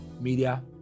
Media